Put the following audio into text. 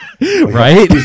Right